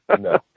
no